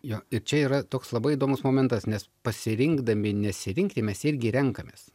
jo ir čia yra toks labai įdomus momentas nes pasirinkdami nesirinkti mes irgi renkamės